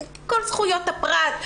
כל זכויות הפרט,